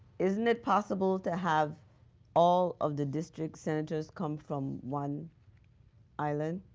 isn't it possible to have all of the district senators come from one island?